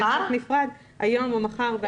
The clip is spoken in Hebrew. היום או מחר.